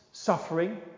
Suffering